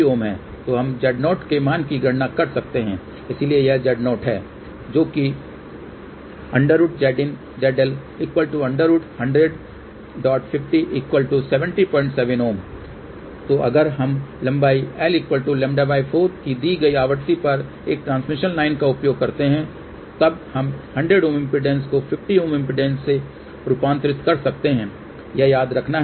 तो हम Z0 के मान की गणना कर सकते हैं इसलिएयह Z0 है जो है √ Zin ZL √10050 707 Ω तो अगर हम लंबाई l λ4 की दी गई आवृत्ति पर एक ट्रांसमिशन लाइन का उपयोग करते हैं तब हम 100 Ω इम्पीडेन्स को 50 Ω इम्पीडेन्स में रूपांतरित कर सकते हैं यह याद रखना है